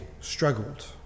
struggled